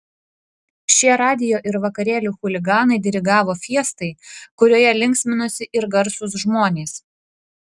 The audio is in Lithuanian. šie radijo ir vakarėlių chuliganai dirigavo fiestai kurioje linksminosi ir garsūs žmonės